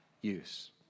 use